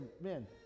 men